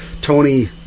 Tony